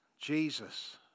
Jesus